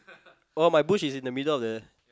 oh my bush is in the middle of the